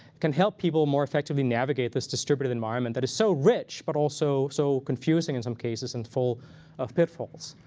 can help people more effectively navigate this distributed environment that is so rich but also so confusing in some cases and full of pitfalls.